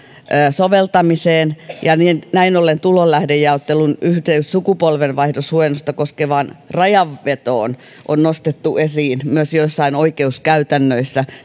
soveltamiseen ja näin ollen tulolähdejaottelun yhteys sukupolvenvaihdoshuojennusta koskevaan rajanvetoon on nostettu esiin myös oikeuskäytännössä